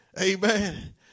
amen